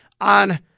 on